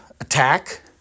attack